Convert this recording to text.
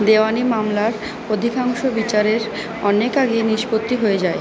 দেওয়ানি মামলার অধিকাংশ বিচারের অনেক আগেই নিষ্পত্তি হয়ে যায়